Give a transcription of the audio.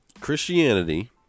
Christianity